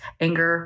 anger